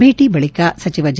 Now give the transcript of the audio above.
ಭೇಟ ಬಳಕ ಸಚಿವ ಜ